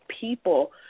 people